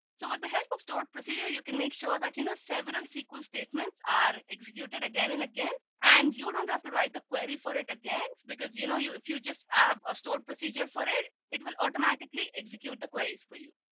so with the help of stored procedure you can make sure that you know several sql statements are executed again and again and you don't have to write the query for it again because you know you if you just have a stored procedure for it, it will automatically execute the queries for you.